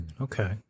Okay